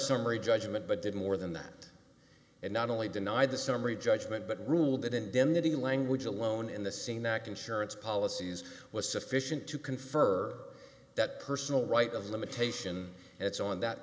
summary judgment but did more than that and not only deny the summary judgment but ruled that indemnity language alone in the scene act insurance policies was sufficient to confer that personal right of limitation it's on that